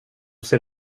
ser